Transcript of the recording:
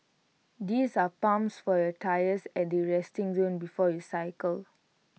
these are pumps for your tyres at the resting zone before you cycle